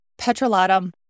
petrolatum